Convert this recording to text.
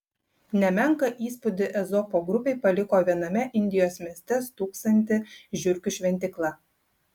nemenką įspūdį ezopo grupei paliko viename indijos mieste stūksanti žiurkių šventykla